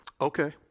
okay